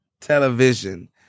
television